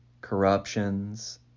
corruptions